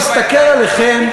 אני מסתכל עליכם,